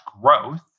growth